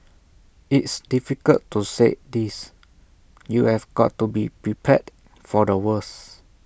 it's difficult to say this you've got to be prepared for the worst